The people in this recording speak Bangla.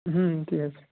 হুম ঠিক আছে